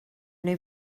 neu